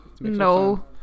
no